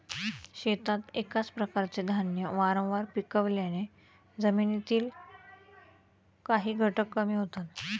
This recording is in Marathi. शेतात एकाच प्रकारचे धान्य वारंवार पिकवल्याने जमिनीतील काही घटक कमी होतात